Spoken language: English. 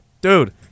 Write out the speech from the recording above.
Dude